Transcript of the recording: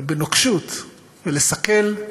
ובנוקשות ולסכל,